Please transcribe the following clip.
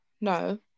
no